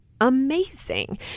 amazing